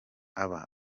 aha